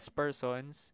persons